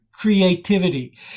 creativity